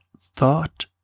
thought